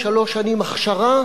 שלוש שנים הכשרה,